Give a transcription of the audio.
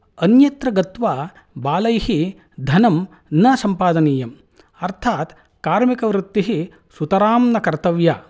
अन्यत्र गत्वा बालैः धनं न सम्पादनीयम् अर्थात् कार्मिकवृत्तिः सुतरां न कर्तव्या